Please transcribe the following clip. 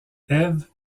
eve